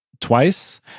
twice